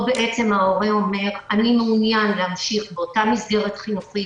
ההורה אומר: אני מעוניין להמשיך באותה מסגרת חינוכית,